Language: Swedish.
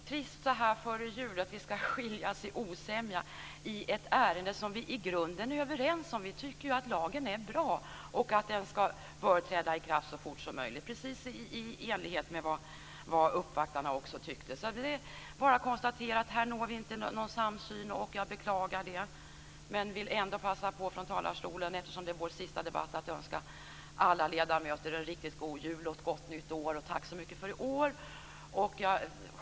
Fru talman! Det är trist att vi så här före jul ska skiljas i osämja, i ett ärende som vi i grunden är överens om. Vi tycker ju att lagen är bra och att den bör träda i kraft så fort som möjligt, precis i enlighet med vad de som uppvaktade oss tyckte. Det är bara att konstatera att vi inte når en samsyn här, och jag beklagar det. Jag vill passa på, eftersom det är vår sista debatt, att från talarstolen önska alla ledamöter en riktigt god jul och ett gott nytt år. Tack så mycket för i år!